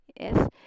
yes